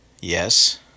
Yes